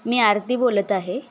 मी आरती बोलत आहे